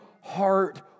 heart